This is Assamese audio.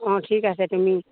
অঁ ঠিক আছে তুমি